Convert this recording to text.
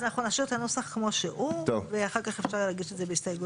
אנחנו נשאיר את הנוסח כמו שהוא ואחר כך אפשר להגיש את זה בהסתייגויות.